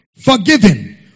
forgiven